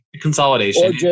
Consolidation